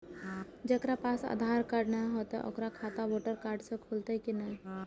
जकरा पास आधार कार्ड नहीं हेते ओकर खाता वोटर कार्ड से खुलत कि नहीं?